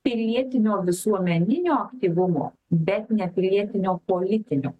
pilietinio visuomeninio aktyvumo bet ne pilietinio politinio